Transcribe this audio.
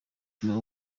ubuzima